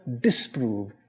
disprove